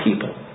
people